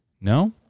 No